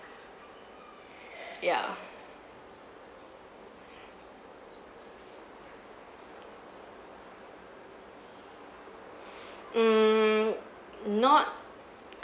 yeah mm not